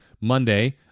Monday